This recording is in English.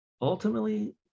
ultimately